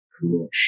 cool